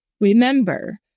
Remember